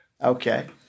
Okay